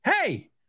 hey